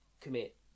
commit